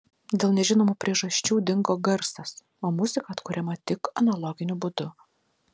dėl nežinomų priežasčių dingo garsas o muzika atkuriama tik analoginiu būdu